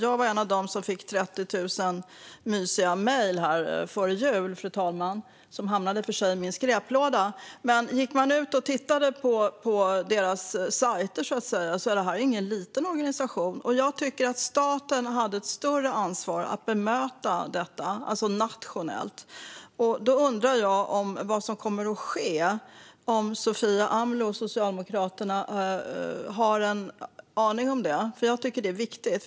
Jag var en av dem som fick 30 000 mysiga mejl före jul, fru talman. De hamnade i och för sig i min skräplåda, men går man in och tittar på deras sajter ser man att det här inte är någon liten organisation. Jag tycker att staten hade ett större ansvar att bemöta detta nationellt. Jag undrar vad som kommer att ske, om Sofia Amloh och Socialdemokraterna har en aning om det, för jag tycker att det är viktigt.